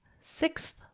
sixth